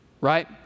right